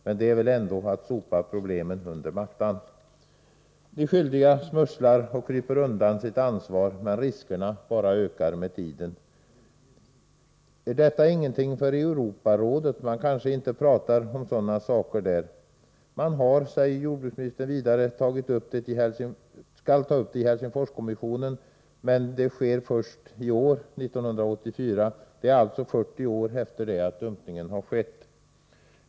Men det är väl ändå att sopa problemet under Nr 155 mattan. Fredagen den De skyldiga smusslar och kryper undan sitt ansvar. Men riskerna ökarmed = 25 maj 1984 Är detta ingenting för Europarådet? Man kanske inte talar om sådana Om åtgärder mot saker där. skadeverkningarna Man har, säger jordbruksministern vidare, tagit upp ärendet i Helsingfors = gy dumpad senaps kommissionen, men det skedde först i mars 1984, alltså nära 40 år efter det att gas dumpningen skett.